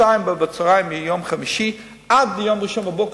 מ-14:00 ביום חמישי עד יום ראשון בבוקר,